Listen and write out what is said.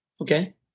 Okay